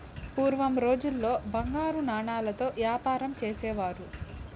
పూర్వం రోజుల్లో బంగారు నాణాలతో యాపారం చేసేవారు